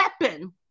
weapon